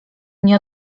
nie